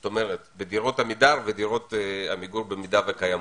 כלומר בדירות עמידר ועמיגור, אם קיימות.